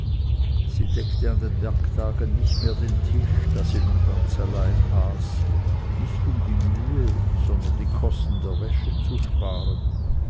sie deckte an den werktagen nicht mehr den tisch da sie nun ganz allein aß nicht um die mühe sondern die kosten der wäsche zu sparen